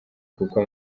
kuko